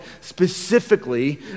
specifically